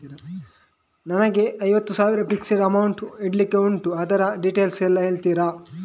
ನನಗೆ ಐವತ್ತು ಸಾವಿರ ಫಿಕ್ಸೆಡ್ ಅಮೌಂಟ್ ಇಡ್ಲಿಕ್ಕೆ ಉಂಟು ಅದ್ರ ಡೀಟೇಲ್ಸ್ ಎಲ್ಲಾ ಹೇಳ್ತೀರಾ?